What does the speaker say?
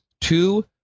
two